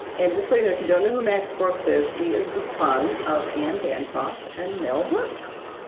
and just so you know, if you don't know who max brooks is, he is the son of anne bancroft and mel brooks.